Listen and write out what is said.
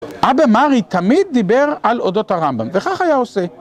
אבא מרי תמיד דיבר על אודות הרמב״ם, וכך היה עושה.